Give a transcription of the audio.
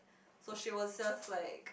so she was just like